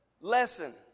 lesson